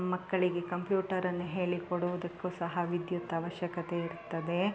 ಮಕ್ಕಳಿಗೆ ಕಂಪ್ಯೂಟರನ್ನ ಹೇಳಿ ಕೊಡೋದಕ್ಕು ಸಹ ವಿದ್ಯುತ್ ಅವಶ್ಯಕತೆ ಇರುತ್ತದೆ